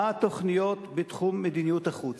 מה התוכניות בתחום מדיניות החוץ?